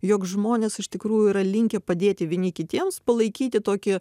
jog žmonės iš tikrųjų yra linkę padėti vieni kitiems palaikyti tokį